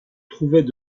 trouvaient